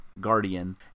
guardian